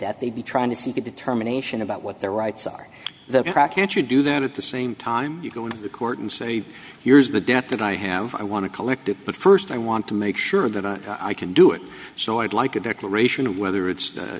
debt they'd be trying to see the determination about what their rights are the crack and you do then at the same time you go into court and say here's the debt that i have i want to collect it but first i want to make sure that i can do it so i'd like a declaration of whether it's